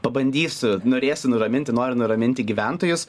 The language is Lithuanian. pabandysiu norėsiu nuraminti noriu nuraminti gyventojus